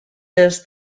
this